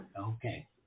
Okay